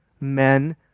men